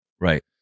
Right